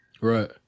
Right